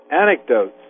anecdotes